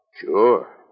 Sure